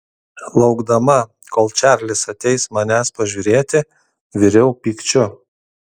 laukdama kol čarlis ateis manęs pažiūrėti viriau pykčiu